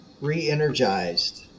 re-energized